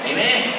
Amen